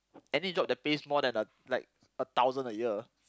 any job that pays more than a like a thousand a year